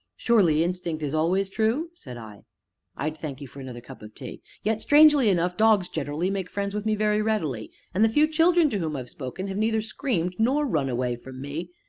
surely instinct is always true? said i i'd thank you for another cup of tea yet, strangely enough, dogs generally make friends with me very readily, and the few children to whom i've spoken have neither screamed nor run away from me.